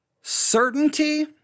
Certainty